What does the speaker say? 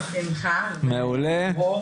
בשמחה, ברור.